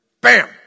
BAM